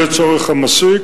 לצורך המסיק.